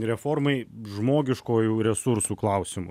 reformai žmogiškuoju resursų klausimu